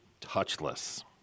touchless